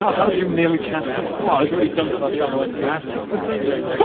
how how did you nearly cast off? well, i was really drunk and i found my way into the engine room with this steering